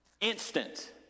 instant